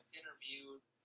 interviewed